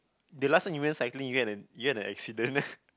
the last time you went cycling you get an you get an accident